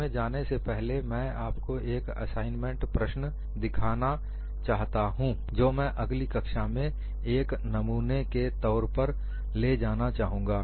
उसमें जाने से पहले मैं आपको एक असाइनमेंट प्रश्न दिखाना चाहता हूं जो मैं अगली कक्षा में 1 नमूने के तौर पर ले जाना चाहूँगा